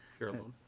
chair loon